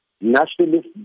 nationalist